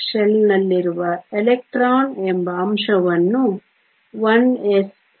1s ಶೆಲ್ನಲ್ಲಿರುವ electron ಎಂಬ ಅಂಶವನ್ನು 1s ಸೂಚಿಸುತ್ತದೆ